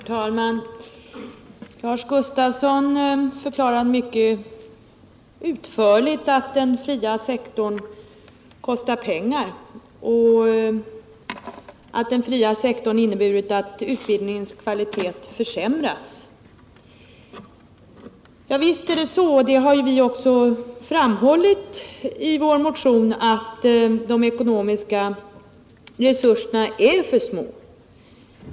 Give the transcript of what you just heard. Herr talman! Lars Gustafsson förklarade mycket utförligt att den fria sektorn kostar pengar och att den inneburit att utbildningens kvalitet försämrats. Visst är det så. Vi har också framhållit i vår motion att de ekonomiska resurserna är för små.